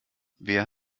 wer